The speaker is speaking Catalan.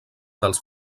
dels